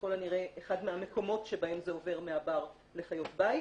ככל הנראה אחד מהמקומות שבהם זה עובר מהבר לחיות הבית.